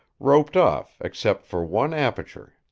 roped off except for one aperture.